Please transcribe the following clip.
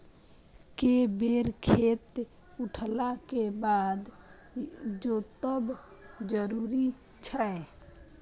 के बेर खेत उठला के बाद जोतब जरूरी छै?